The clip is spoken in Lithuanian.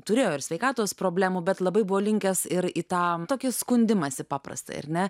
turėjo ir sveikatos problemų bet labai buvo linkęs ir į tą tokį skundimąsi paprastą ar ne